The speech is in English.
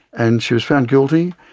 and she was found guilty,